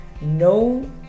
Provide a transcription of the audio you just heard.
No